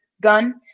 gun